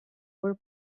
were